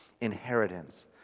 inheritance